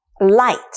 light